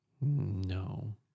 No